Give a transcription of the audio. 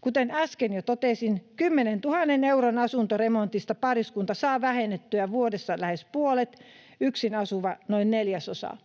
Kuten äsken jo totesin, 10 000 euron asuntoremontista pariskunta saa vähennettyä vuodessa lähes puolet, yksin asuva noin neljäsosan.